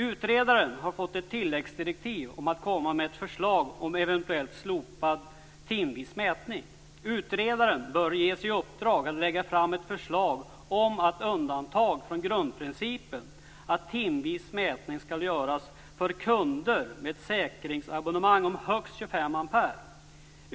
Utredaren har fått ett tilläggsdirektiv om att komma med ett förslag om eventuellt slopad timvis mätning. Utredaren bör ges i uppdrag att lägga fram ett förslag om att undantag från grundprincipen om timvis mätning skall göras för kunder med säkringsabonnemang om högst 25 ampere.